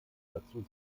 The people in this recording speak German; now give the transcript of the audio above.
dazu